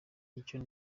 icyo